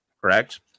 correct